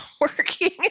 working